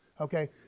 Okay